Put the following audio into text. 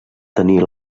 tenir